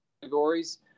categories